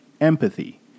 Empathy